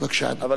בבקשה, אדוני.